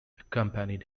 accompanied